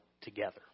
together